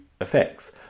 effects